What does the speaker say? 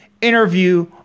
interview